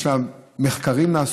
יש לה מחקרים לעשות,